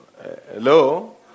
Hello